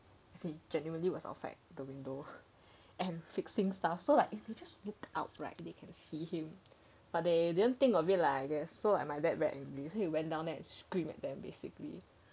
he genuinely was outside the window and fixing stuff so like if you just look out right they can see him but they didn't think of it lah I guess so my dad very angry so he went down and scream at them basically